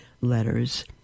letters